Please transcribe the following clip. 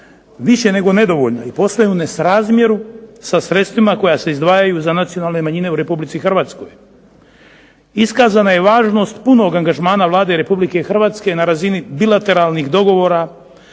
više nego nedovoljno i postaju u nesrazmjeru sa sredstvima koja se izdvajaju za nacionalne manjine u Republici Hrvatskoj. Iskazana je važnost punog angažmana Vlade Republike Hrvatske na razini bilateralnih dogovora